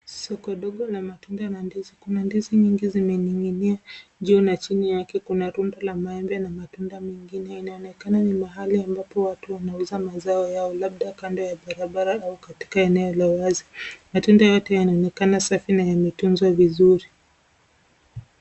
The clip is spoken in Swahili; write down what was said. Soko ndogo la matunda na ndizi. Kuna ndizi nyingi zimening'inia juu na chini yake kuna rundo la maembe na matunda mengine. Inaonekana ni mahali ambapo watu wanauza mazao yao labda kando ya barabara au katika eneo la wazi. Matunda yote yanaonekana safi na yametunzwa vizuri.